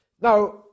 Now